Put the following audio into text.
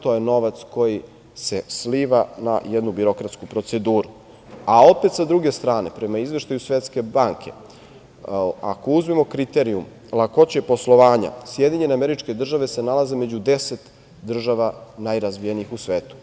To je novac koji se sliva na jednu birokratsku proceduru, a opet sa druge strane, prema izveštaju Svetske banke ako uzmemo kriteriju lakoće poslovanja, SAD se nalaze među 10 država najrazvijenijih u svetu.